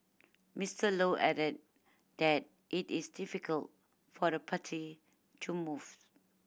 Mister Low added that it is difficult for the party to move